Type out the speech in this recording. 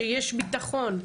שיש ביטחון,